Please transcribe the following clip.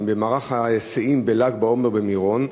במערך ההיסעים בל"ג בעומר במירון,